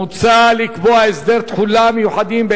מוצע לקבוע הסדרי תחולה מיוחדים.